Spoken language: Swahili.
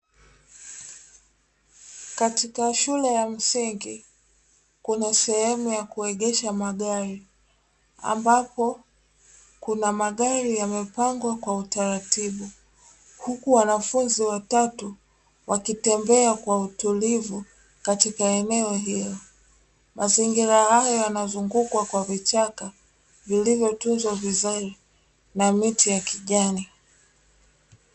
Katika shule ya msingi, kuna sehemu ya kuegesha magari, ambapo kuna magari yamepangwa kwa utaratibu, huku wanafunzi watatu wakitembea kwa utulivu katika eneo hilo. Mazingira hayo yanazungukwa kwa vichaka vilivyotunzwa vizuri na miti ya kijani.